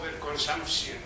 overconsumption